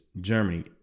Germany